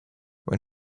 when